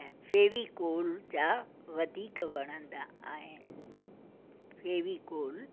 ऐं फैविकॉल जा वधीक वणंदा आहिनि फैविकॉल